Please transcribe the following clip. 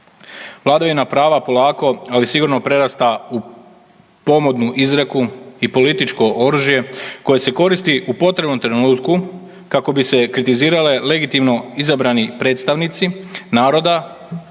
Vladavina prava polako, ali sigurno prerasta u pomodnu izreku i političko oružje koje se koristi u potrebnom trenutku kako bi se kritizirale legitimno izabrani predstavnici naroda